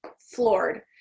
floored